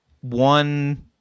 one